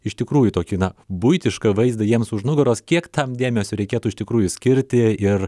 iš tikrųjų tokį na buitišką vaizdą jiems už nugaros kiek tam dėmesio reikėtų iš tikrųjų skirti ir